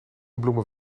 bloemen